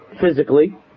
physically